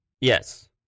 Yes